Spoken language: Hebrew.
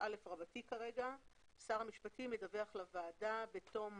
6א.דיווח לכנסת שר המשפטים ידווח לוועדה, בתום